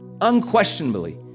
unquestionably